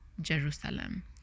Jerusalem